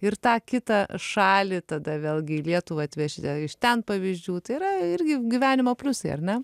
ir tą kitą šalį tada vėlgi į lietuvą atvešite iš ten pavyzdžių tai yra irgi gyvenimo pliusai ar ne